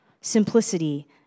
simplicity